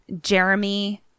Jeremy